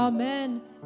Amen